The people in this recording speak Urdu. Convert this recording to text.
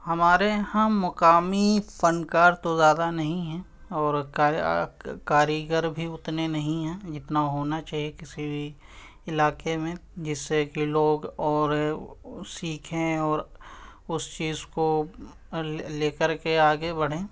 ہمارے یہاں مقامی فنکار تو زیادہ نہیں ہیں اور کاریگر بھی اتنے نہیں ہیں جتنا ہونا چاہیے کسی بھی علاقے میں جس سے کہ لوگ اور سیکھیں اور اس چیز کو لے کر کے آگے بڑھیں